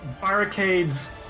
barricades